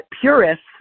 purists